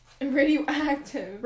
Radioactive